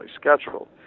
scheduled